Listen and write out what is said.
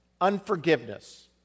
unforgiveness